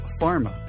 Pharma